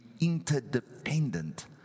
interdependent